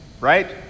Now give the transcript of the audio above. right